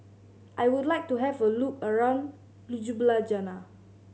I would like to have a look around Ljubljana